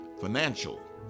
financial